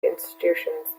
institutions